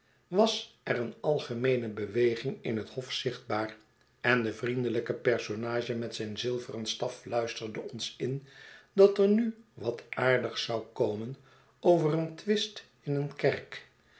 was er een algemeene beweging in het hof zichtbaar en de vriendelijke personage met zijn zilveren staf fluisterde ons in dat er nu wat aardigs zou komen over een twist in een kerk